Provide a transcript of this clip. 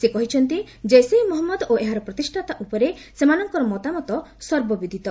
ସେ କହିଛନ୍ତି କୈସେ ମହମ୍ମଦ ଓ ଏହାର ପ୍ରତିଷ୍ଠାତା ଉପରେ ସେମାନଙ୍କର ମତାମତ ସର୍ବବିଦିତ